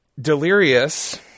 Delirious